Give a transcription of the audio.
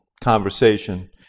conversation